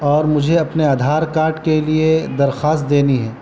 اور مجھے اپنے آدھار کارڈ کے لیے درخواست دینی ہے